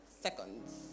seconds